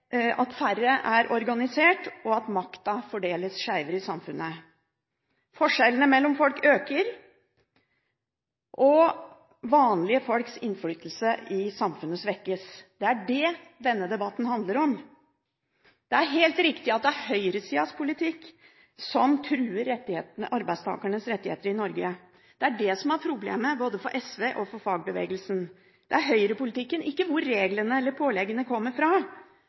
at færre er organisert, og at makta fordeles skjevere i samfunnet. Forskjellene mellom folk øker, og vanlige folks innflytelse i samfunnet svekkes. Det er det denne debatten handler om. Det er helt riktig at det er høyresidens politikk som truer arbeidstakernes rettigheter i Norge. Det er det som er problemet, både for SV og for fagbevegelsen. Det er høyrepolitikken – ikke hvor reglene eller påleggene kommer fra.